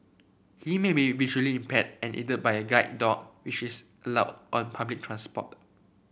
he may be visually impaired and aided by a guide dog which is allowed on public transport